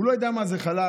הוא לא יודע מה זה חלש.